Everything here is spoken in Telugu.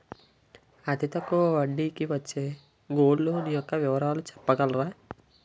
అతి తక్కువ వడ్డీ కి వచ్చే గోల్డ్ లోన్ యెక్క వివరాలు చెప్పగలరా?